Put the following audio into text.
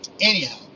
Anyhow